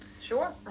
Sure